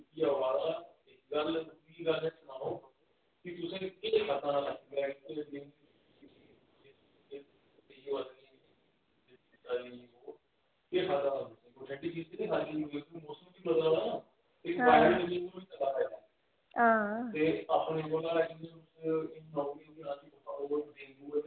हां हां